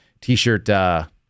T-shirt